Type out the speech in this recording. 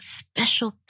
special